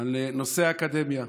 על נושא האקדמיה.